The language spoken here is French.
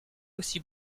aussi